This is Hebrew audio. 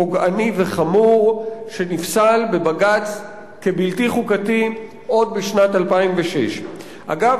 פוגעני וחמור שנפסל בבג"ץ כבלתי חוקתי עוד בשנת 2006. אגב,